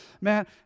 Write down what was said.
Man